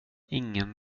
ingen